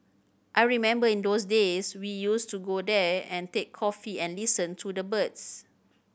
I remember in those days we used to go there and take coffee and listen to the birds